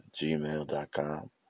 gmail.com